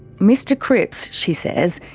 mr cripps, she says,